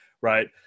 right